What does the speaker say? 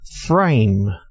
frame